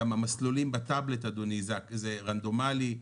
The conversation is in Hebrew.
גם המסלולים בטאבלט אדוני זה רנדומאלי,